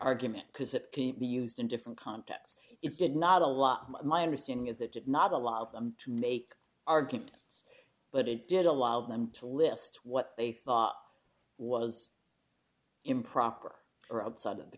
argument because it can be used in different contexts it did not a lot my understanding is that did not allow them to make arguments but it did allow them to list what they thought was improper or outside